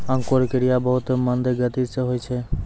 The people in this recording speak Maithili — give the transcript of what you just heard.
अंकुरन क्रिया बहुत मंद गति सँ होय छै